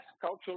Cultural